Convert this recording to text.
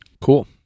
cool